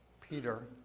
Peter